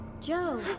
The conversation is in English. Joe